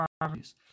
properties